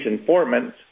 informants